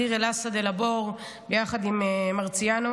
בדיר אל-אסד אל הבור ביחד עם מרציאנו,